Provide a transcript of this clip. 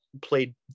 played